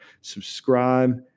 Subscribe